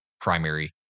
primary